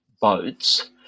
boats